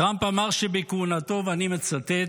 טראמפ אמר שבכהונתו, ואני מצטט,